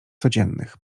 codziennych